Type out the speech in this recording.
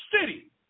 city